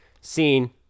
scene